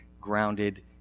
grounded